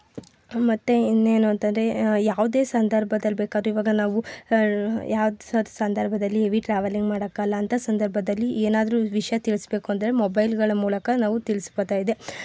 ಮತ್ತೆ ಇನ್ನೇನು ಅಂತಂದ್ರೆ ಯಾವುದೇ ಸಂದರ್ಭದಲ್ಲಿ ಬೇಕಾದ್ರೂ ಈವಾಗ ನಾವು ಸಂದರ್ಭದಲ್ಲಿ ಹೆವಿ ಟ್ರಾವೆಲಿಂಗ್ ಮಾಡಕಾಲ ಅಂತ ಸಂದರ್ಭದಲ್ಲಿ ಏನಾದ್ರೂ ವಿಷಯ ತಿಳಿಸಬೇಕು ಅಂದರೆ ಮೊಬೈಲ್ಗಳ ಮೂಲಕ ನಾವು ತಿಳಿಸ್ಬೋದಾಗಿದೆ